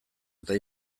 eta